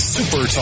Super